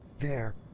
there!